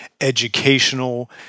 educational